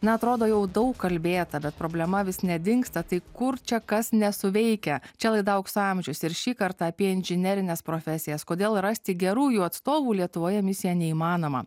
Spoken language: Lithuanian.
na atrodo jau daug kalbėta bet problema vis nedingsta tai kur čia kas nesuveikia čia laidų aukso amžius ir šį kartą apie inžinerines profesijas kodėl rasti gerų jų atstovų lietuvoje misija neįmanoma